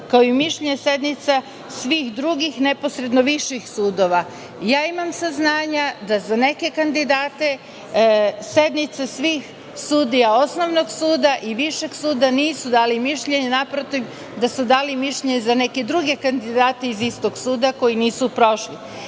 kao i mišljenje sednica svih drugih neposredno viših sudova. Imam saznanja da za neke kandidate, sednica svih sudija osnovnog suda i višeg suda nisu dali mišljenje, naprotiv, da su dali mišljenje za neke druge kandidate iz istog suda, koji nisu prošli.